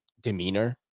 demeanor